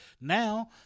Now